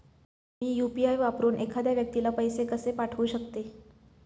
मी UPI वापरून एखाद्या व्यक्तीला पैसे कसे पाठवू शकते?